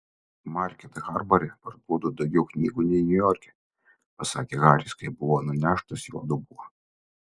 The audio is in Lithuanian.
market harbore parduodu daugiau knygų nei niujorke pasakė haris kai buvo nuneštas jo dubuo